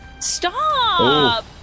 stop